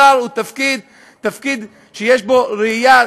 שר הוא תפקיד שיש בו ראייה,